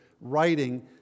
writing